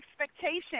expectation